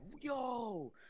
yo